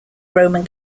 roman